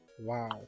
Wow